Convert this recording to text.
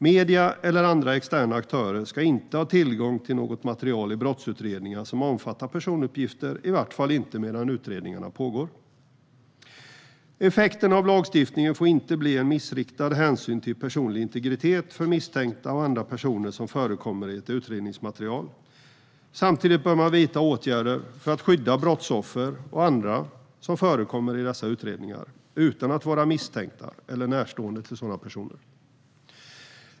Medier eller andra externa aktörer ska inte ha tillgång till något material i brottsutredningar som omfattar personuppgifter, i varje fall inte medan utredningarna pågår. Effekten av lagstiftningen får inte bli en missriktad hänsyn till personlig integritet för misstänkta och andra personer som förekommer i ett utredningsmaterial. Samtidigt bör man vidta åtgärder för att skydda brottsoffer och andra som förekommer i dessa utredningar utan att vara misstänkta eller närstående misstänkta personer.